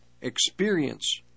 experience